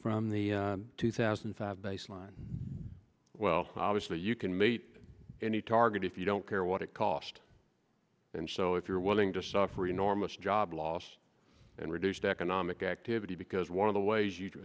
from the two thousand and five baseline well obviously you can meet any target if you don't care what it cost and so if you're willing to suffer enormous job loss and reduced economic activity because one of the ways you